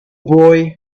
boy